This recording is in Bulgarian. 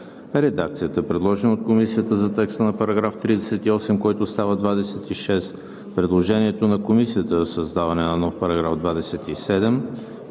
редакцията, предложена от Комисията, за текста на § 38, който става § 26; предложението на Комисията за създаване на нов § 27